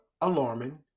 alarming